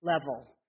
level